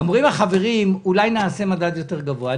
אומרים החברים שאולי נעשה מדד יותר גבוה.